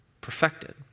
perfected